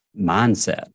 mindset